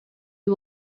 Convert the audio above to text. you